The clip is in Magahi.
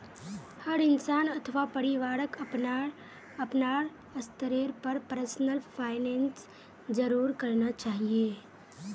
हर इंसान अथवा परिवारक अपनार अपनार स्तरेर पर पर्सनल फाइनैन्स जरूर करना चाहिए